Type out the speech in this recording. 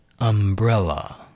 Umbrella